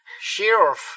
Sheriff